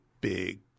big